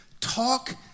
talk